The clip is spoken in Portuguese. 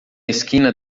esquina